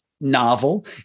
novel